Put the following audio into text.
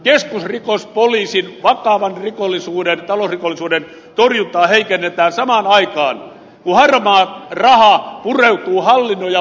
keskusrikospoliisin vakavan rikollisuuden talousrikollisuuden torjuntaa heikennetään samaan aikaan kun harmaa raha pureutuu hallinnon ja politiikan rakenteisiin tässä maassa